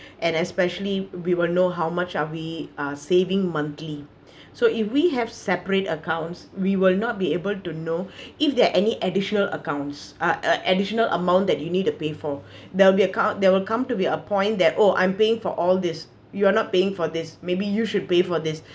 and especially we will know how much are we uh saving monthly so if we have separate accounts we will not be able to know if there any additional accounts uh uh additional amount that you need to pay for they will be account there will come to be a point that oh I'm paying for all this you are not paying for this maybe you should pay for this